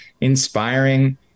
inspiring